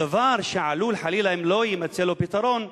דבר שעלול חלילה, אם לא יימצא לו פתרון,